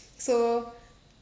so